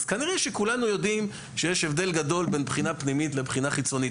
כנראה שכולנו יודעים שיש הבדל גדול בין בחינה פנימית לבחינה חיצונית.